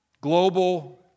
global